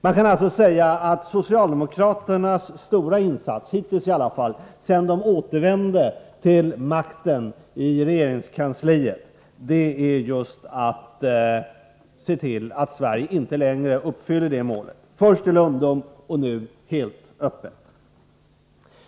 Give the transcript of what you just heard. Man kan alltså säga att socialdemokraternas stora insats, i alla fall hittills, sedan de återvände till makten i regeringskansliet är just att de sett till att Sverige inte längre uppfyller enprocentsmålet — först i lönndom, nu helt öppet.